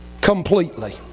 completely